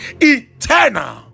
eternal